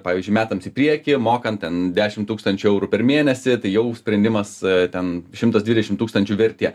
pavyzdžiui metams į priekį mokant ten dešim tūkstančių eurų per mėnesį tai jau sprendimas ten šimtas dvidešim tūkstančių vertė